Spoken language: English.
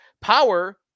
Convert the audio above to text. Power